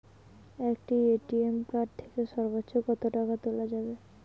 একটি ATM card থেকে সর্বোচ্চ কত টাকা তোলা যাবে?